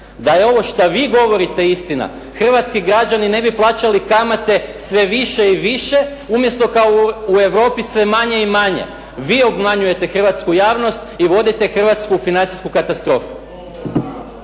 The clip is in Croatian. da je ovo što vi govorite istina, hrvatski građani ne bi plaćali kamate sve više i više, umjesto kao u Europi sve manje i manje. Vi obmanjujete hrvatsku javnost i vodite hrvatsku financijsku katastrofu.